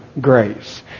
grace